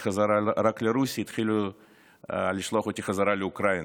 בחזרה רק לרוסיה התחילו לשלוח אותי בחזרה לאוקראינה.